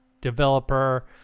developer